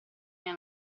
mia